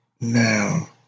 now